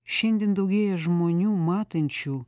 šiandien daugėja žmonių matančių